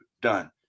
done